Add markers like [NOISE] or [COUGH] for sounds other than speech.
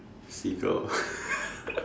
seagull [LAUGHS]